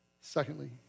Secondly